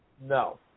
No